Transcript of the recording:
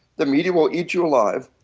the media will eat you alive.